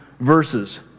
verses